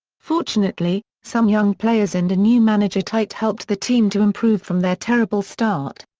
fortunately, some young players and a new manager tite helped the team to improve from their terrible start.